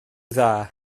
dda